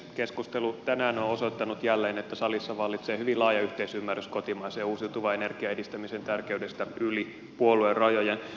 keskustelu tänään on osoittanut jälleen että salissa vallitsee hyvin laaja yhteisymmärrys kotimaisen uusiutuvan energian edistämisen tärkeydestä yli puoluerajojen